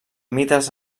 mites